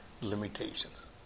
limitations